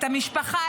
את המשפחה,